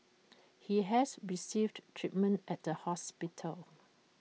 he has received treatment at the hospital